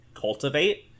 cultivate